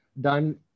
done